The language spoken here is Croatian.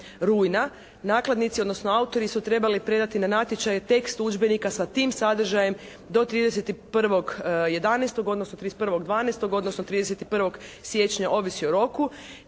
Nakladnici, odnosno autori su trebali predati na natječaj tekst udžbenika sa tim sadržajem do 31.11. odnosno 31.12. odnosno 31. siječnja, ovisi o roku.